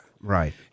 Right